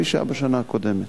כפי שהיה בשנה הקודמת.